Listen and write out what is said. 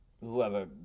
whoever